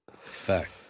Fact